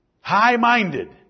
high-minded